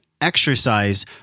exercise